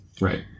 right